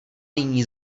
nyní